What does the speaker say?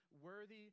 worthy